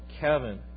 Kevin